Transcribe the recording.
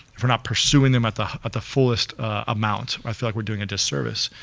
for not pursuing them at the at the fullest amount. i feel like we're doing a disservice,